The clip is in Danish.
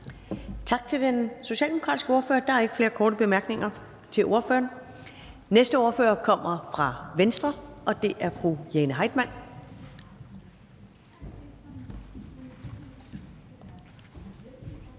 Tak til den socialdemokratiske ordfører. Der er ikke flere korte bemærkninger til ordføreren. Den næste ordfører er fra Venstre, og det er fru Jane Heitmann.